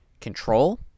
control